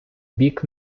бік